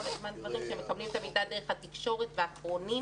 הזמן דברים והם מקבלים את המידע דרך התקשורת והם האחרונים